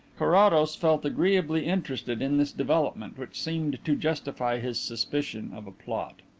carrados felt agreeably interested in this development, which seemed to justify his suspicion of a plot.